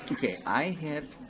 okay, i hit